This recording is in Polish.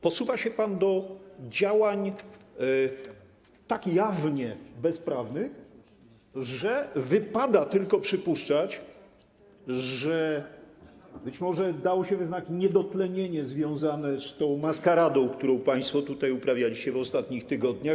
Posuwa się pan do działań tak jawnie bezprawnych, że wypada tylko przypuszczać, że być może dało się we znaki niedotlenienie związane z tą maskaradą, którą państwo tutaj uprawialiście w ostatnich tygodniach.